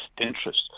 interest